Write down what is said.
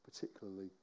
particularly